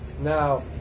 Now